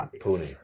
pony